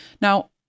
Now